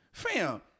fam